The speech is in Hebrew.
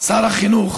שר החינוך: